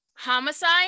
Homicide